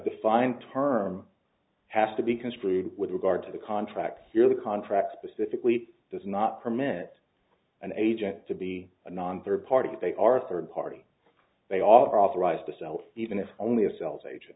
defined term has to be construed with regard to the contract here the contract specifically does not permit an agent to be a non third party if they are a third party they are authorized to sell even if only a sales agent